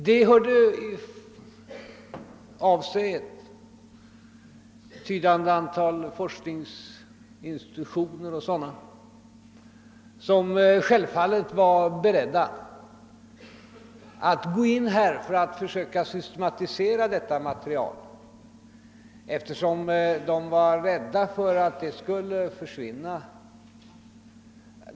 Det hörde av sig ett betydande antal forskningsinstitutioner o. d. som självfallet var beredda att gå in här för att försöka systematisera detta material, eftersom de var rädda för att det skulle försvinna.